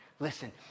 Listen